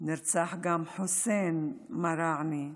נרצח גם חוסין מראענה,